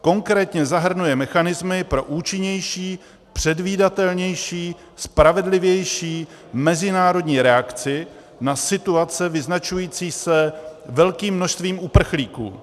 Konkrétně zahrnuje mechanismy pro účinnější, předvídatelnější, spravedlivější mezinárodní reakci na situace vyznačující se velkým množstvím uprchlíků.